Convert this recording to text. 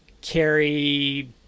carry